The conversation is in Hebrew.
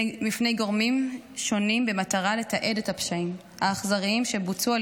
גורמים שונים במטרה לתעד את הפשעים האכזריים שבוצעו על